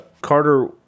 Carter